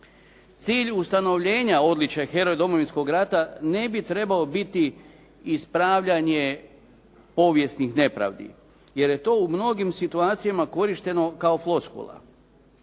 Cilj ustanovljenja odličja "Heroj Domovinskog rata" ne bi trebao biti ispravljanje povijesnih nepravdi, jer je to u mnogim situacijama korišteno kao floskula.